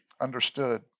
understood